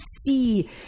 see